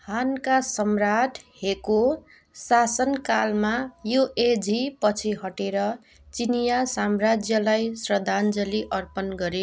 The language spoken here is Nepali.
हानका सम्राट हेको शासनकालमा युएझी पछि हटेर चिनियाँ साम्राज्यलाई श्रद्धान्जलि अर्पण गरे